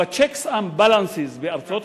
ב-checks and balances בארצות-הברית,